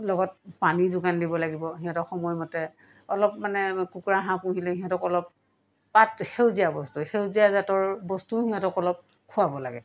লগত পানী যোগান দিব লাগিব সিহঁতক সময়মতে অলপ মানে কুকুৰা হাঁহ পুহিলে সিহঁতক অলপ পাত সেউজীয়া বস্তু সেউজীয়া জাতৰ বস্তুও সিহঁতক অলপ খুৱাব লাগে